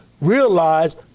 Realize